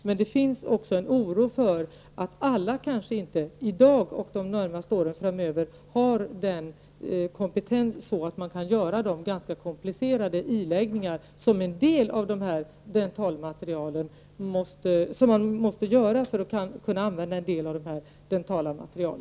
Men det finns också en oro för att kanske inte alla i dag och under de närmaste åren framöver har kompetensen att göra de ganska komplicerade iläggningar som krävs för att man skall kunna använda nya dentala material.